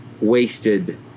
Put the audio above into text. wasted